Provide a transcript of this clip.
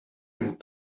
and